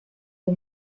del